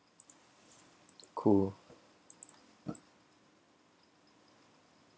cool